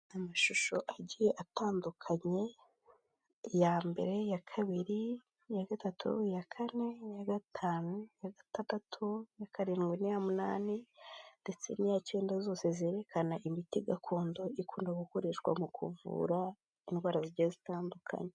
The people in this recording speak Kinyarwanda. Amashusho agiye atandukanye iya mbere, iya kabiri, iya gatatu, iya kane, iya gatanu, iya gatandatu, iya karindwi n'iya munani ndetse n'iyacyenda zose zerekana imiti gakondo ikunda gukoreshwa mu kuvura indwara zigiye zitandukanye.